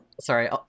Sorry